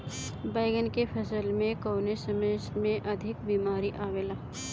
बैगन के फसल में कवने समय में अधिक बीमारी आवेला?